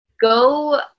Go